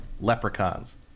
leprechauns